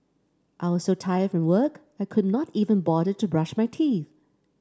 I was so tired from work I could not even bother to brush my teeth